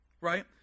Right